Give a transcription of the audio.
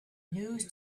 news